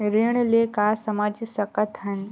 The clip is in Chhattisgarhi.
ऋण ले का समझ सकत हन?